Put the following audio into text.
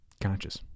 conscious